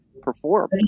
perform